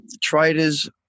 traders